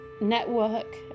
network